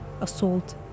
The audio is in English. assault